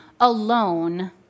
alone